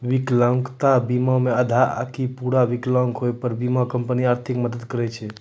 विकलांगता बीमा मे आधा आकि पूरा विकलांग होय पे बीमा कंपनी आर्थिक मदद करै छै